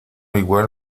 igual